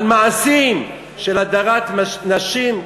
על מעשים של הדרת נשים,